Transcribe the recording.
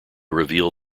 reveal